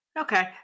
Okay